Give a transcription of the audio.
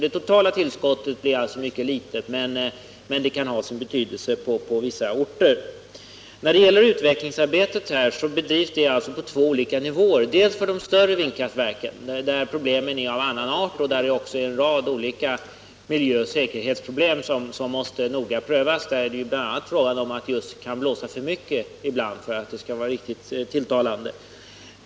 Det totala tillskottet är alltså mycket litet, men det kan ha sin betydelse på vissa orter. Utvecklingsarbetet bedrivs på två olika nivåer. Den ena delen av forskningen avser de större vindkraftverken, där problemen är av en annan art än när det gäller de små och där också en rad miljöoch säkerhetsproblem måste noga prövas. Bl. a. kan det ibland blåsa för mycket för att det skall vara riktigt tilltalande.